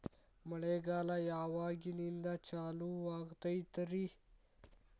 ಮಳೆಗಾಲ ಯಾವಾಗಿನಿಂದ ಚಾಲುವಾಗತೈತರಿ?